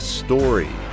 story